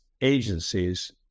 agencies